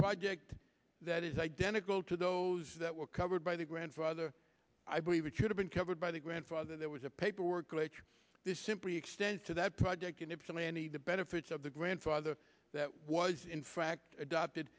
project that is identical to those that were covered by the grandfather i believe could have been covered by the grandfather there was a paperwork later this simply extend to that project in ypsilanti the benefits of the grandfather that was in fact adopted